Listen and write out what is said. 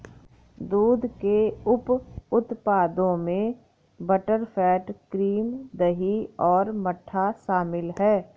दूध के उप उत्पादों में बटरफैट, क्रीम, दही और मट्ठा शामिल हैं